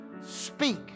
speak